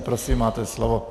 Prosím, máte slovo.